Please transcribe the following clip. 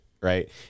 right